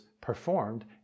performed